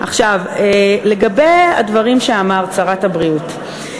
עכשיו, לגבי הדברים שאמרת, שרת הבריאות.